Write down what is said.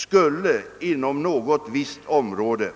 Skulle inom något visst område